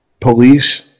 Police